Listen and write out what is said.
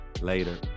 Later